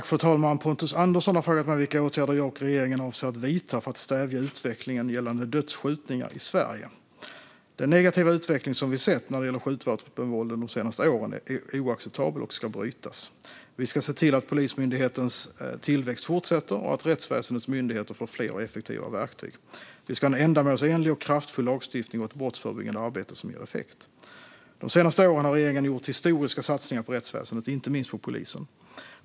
Fru talman! Pontus Andersson har frågat mig vilka åtgärder jag och regeringen avser att vidta för att stävja utvecklingen gällande dödsskjutningar i Sverige. Den negativa utveckling som vi har sett när det gäller skjutvapenvåldet under de senaste åren är oacceptabel och ska brytas. Vi ska se till att Polismyndighetens tillväxt fortsätter och att rättsväsendets myndigheter får fler och effektivare verktyg. Vi ska ha en ändamålsenlig och kraftfull lagstiftning och ett brottsförebyggande arbete som ger effekt. De senaste åren har regeringen gjort historiska satsningar på rättsväsendet, inte minst på polisen.